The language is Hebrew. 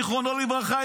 זיכרונו לברכה,